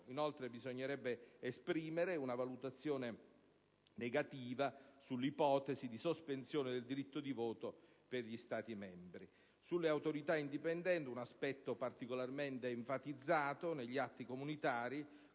inoltre esprimere una valutazione negativa sull'ipotesi di sospensione del diritto di voto per gli Stati membri. Sulle autorità indipendenti, un aspetto particolarmente enfatizzato negli atti comunitari